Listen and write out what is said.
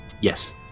Yes